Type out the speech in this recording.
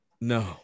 No